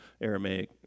Aramaic